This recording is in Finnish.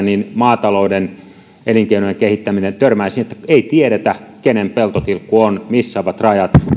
maatalouden elinkeinojen kehittäminen törmää siihen että ei tiedetä kenen peltotilkku on missä ovat rajat ja